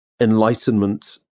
Enlightenment